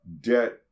debt